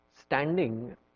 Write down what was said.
standing